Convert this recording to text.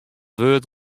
wurd